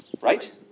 right